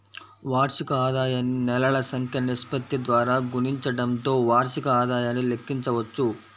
వార్షిక ఆదాయాన్ని నెలల సంఖ్య నిష్పత్తి ద్వారా గుణించడంతో వార్షిక ఆదాయాన్ని లెక్కించవచ్చు